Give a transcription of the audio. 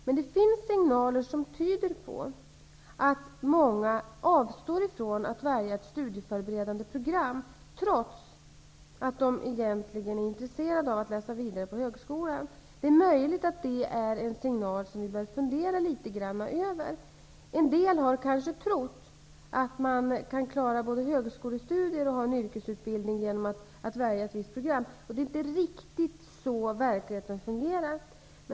Men det finns signaler som tyder på att många avstår från att välja ett studieförberedande program, trots att de egentligen är intresserade av att läsa vidare på högskolan. Möjligen är det signaler som vi bör fundera över. En del har kanske trott att man kan både klara högskolestudier och få en yrkesutbildning genom att välja ett visst program. Det är inte riktigt så i verkligheten.